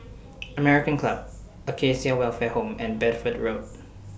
American Club Acacia Welfare Home and Bedford Road